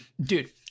Dude